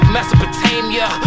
Mesopotamia